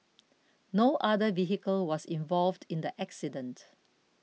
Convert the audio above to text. no other vehicle was involved in the accident